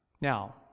Now